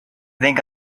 think